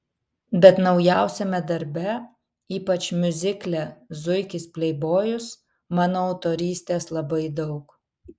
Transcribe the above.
bet naujausiame darbe ypač miuzikle zuikis pleibojus mano autorystės labai daug